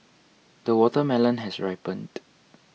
the watermelon has ripened